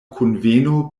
kunveno